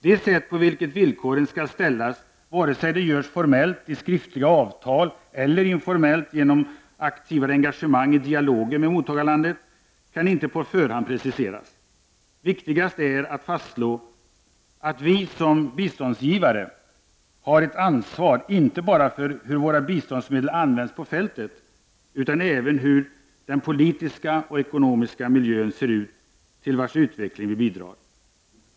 Det sätt på vilket villkoren skall ställas — vare sig det görs formellt i skriftliga avtal eller informellt genom ett aktivare engagemang i dialogen med mottagarlandet — kan inte på förhand preciseras. Viktigast är att fastslå att vi som biståndsgivare har ett ansvar inte bara för hur våra biståndsmedel används på fältet, utan även för hur den politiska och ekonomiska miljön ser ut till vars utveckling vi bidrar.